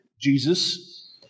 Jesus